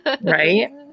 Right